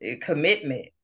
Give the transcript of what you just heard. commitment